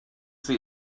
sie